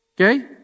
Okay